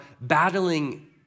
battling